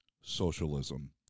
socialism